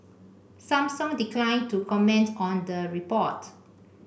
Samsung declined to comment on the report